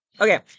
Okay